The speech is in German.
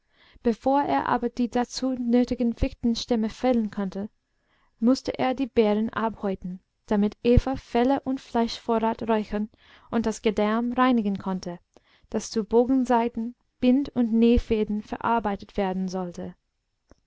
bevor er aber die dazu nötigen fichtenstämme fällen konnte mußte er die bären abhäuten damit eva felle und fleischvorrat räuchern und das gedärm reinigen konnte das zu bogensaiten bind und nähfäden verarbeitet werden sollte